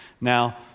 Now